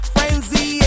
Frenzy